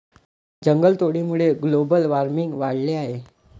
जंगलतोडीमुळे global warming वाढले आहे